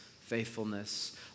faithfulness